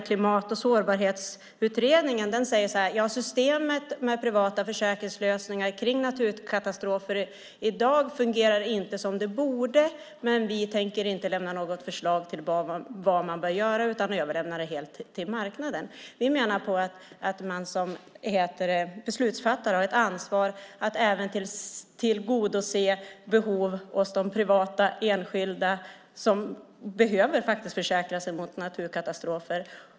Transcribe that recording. Klimat och sårbarhetsutredningen framför att systemet med privata försäkringslösningar för naturkatastrofer i dag inte fungerar som det borde, men utredningen tänker inte lägga fram förslag till vad som bör göras utan överlämnar det helt till marknaden. Vi menar att man som beslutsfattare har ett ansvar att även tillgodose behov hos de enskilda privata som faktiskt behöver försäkra sig mot naturkatastrofer.